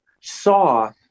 saw